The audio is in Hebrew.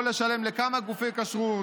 לא לשלם לכמה גופי כשרות.